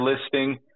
listing